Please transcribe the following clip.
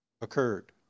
occurred